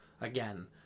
again